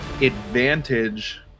advantage